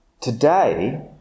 Today